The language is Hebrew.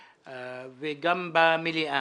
וכן יתקיים דיון במליאה.